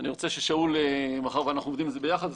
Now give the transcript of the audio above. מאחר שאנחנו עובדים על זה ביחד,